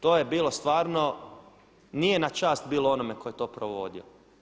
To je bilo stvarno, nije na čast bilo onome tko je to provodio.